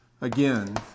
again